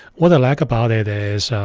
what i like about it is.